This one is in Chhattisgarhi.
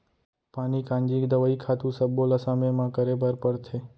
पानी कांजी, दवई, खातू सब्बो ल समे म करे बर परथे